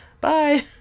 Bye